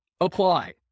apply